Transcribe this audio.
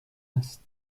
است